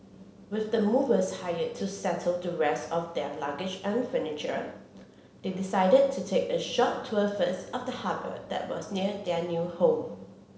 with the movers hired to settle the rest of their luggage and furniture they decided to take a short tour first of the harbour that was near their new home